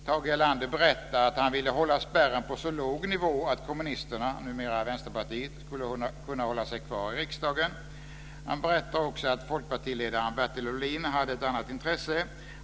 Tage Erlander berättar att han ville hålla spärren på så låg nivå att kommunisterna - numera Vänsterpartiet - skulle kunna hålla sig kvar i riksdagen. Han berättar också att folkpartiledaren Bertil Ohlin hade ett annat intresse.